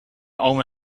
oma